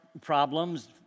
problems